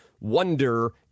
wonder